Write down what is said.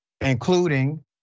including